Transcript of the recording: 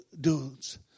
dudes